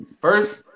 First